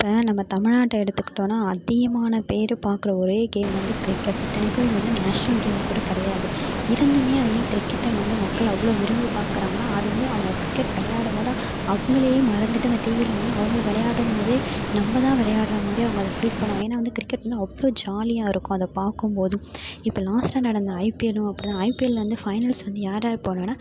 இப்போ நம்ம தமிழ்நாட்டை எடுத்துகிட்டோன்னால் அதிகமான பேர் பார்க்குற ஒரே கேம் வந்து கிரிக்கெட் இத்தனைக்கும் இது வந்து நேஷ்னல் கேம் கூட கிடையாது இருந்துமே அதை ஏன் கிரிக்கெட்டை வந்து மக்கள் அவ்வளோ விரும்பி பார்க்குறாங்கன்னா அது வந்து அவங்க கிரிக்கெட் விளையாடும்போது அவங்களையே மறந்துவிட்டு அந்த டிவியில் வந்து அவங்க விளையாடும்போதே நம்மதான் விளையாடுற மாதிரி அவங்க அதை ஃபீல் பண்ணுவாங்க ஏன்னால் வந்து கிரிக்கெட் வந்து அவ்வளோ ஜாலியாக இருக்கும் அதை பார்க்கும்போது இப்போ லாஸ்ட்டாக நடந்த ஐபிஎல்லும் அப்படிதான் ஐபிஎல்லில் வந்து ஃபைனல்ஸ் வந்து யார் யார் போனான்னால்